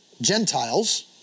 Gentiles